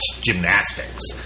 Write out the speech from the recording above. gymnastics